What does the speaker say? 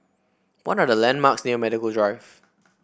what are the landmarks near Medical Drive